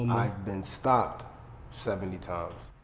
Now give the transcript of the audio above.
i've been stopped seventy times.